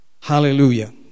Hallelujah